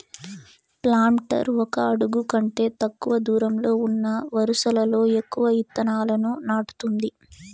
planter ఒక అడుగు కంటే తక్కువ దూరంలో ఉన్న వరుసలలో ఎక్కువ ఇత్తనాలను నాటుతుంది